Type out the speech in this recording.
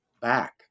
back